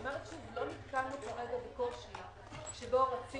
לא נתקלנו בקושי כרגע.